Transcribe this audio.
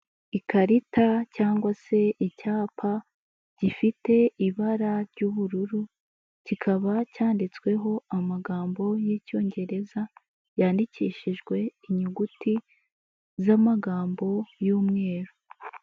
Ikarita cyangwa se icyapa gifite ibara ry'ubururu, kikaba cyanditsweho amagambo y'icyongereza, yandikishijwe inyuguti z'amagambo y'umweru.